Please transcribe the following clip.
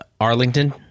Arlington